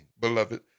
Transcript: beloved